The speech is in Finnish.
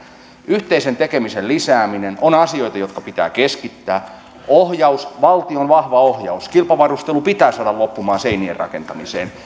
yhteisen tekemisen lisääminen on asioita jotka pitää keskittää ohjaus valtion vahva ohjaus kilpavarustelu pitää saada loppumaan seinien rakentamiseen